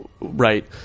right